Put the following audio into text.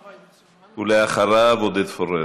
ואחריו, חבר הכנסת עודד פורר.